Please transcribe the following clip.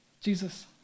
Jesus